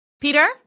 Peter